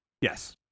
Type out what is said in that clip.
Yes